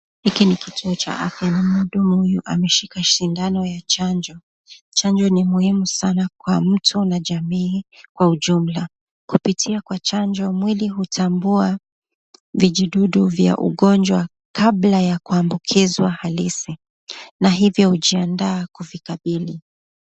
Hiki ni kituo cha afya na muhudumu huyu ameshika sindano ya chanjo. Chanjo ni muhimu sana kwa mtu na jamii kwa ujumla. Kupitia kwa chanjo mwili hutambua vijidudu vya ugonjwa kabla ya kuambukizwa halisi na hivyo hujiandaa kuvikabili.